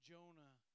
Jonah